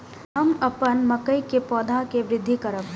हम अपन मकई के पौधा के वृद्धि करब?